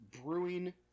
brewing